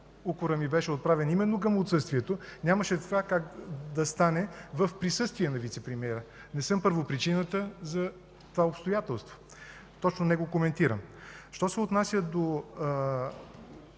укорът ми беше отправен именно към отсъствието, нямаше как да стане това в присъствие на вицепремиера. Не съм първопричината за това обстоятелство. Точно него коментирам. Що се отнася до